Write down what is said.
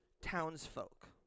townsfolk